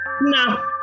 no